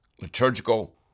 liturgical